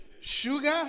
sugar